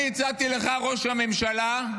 אני הצעתי לך, ראש הממשלה,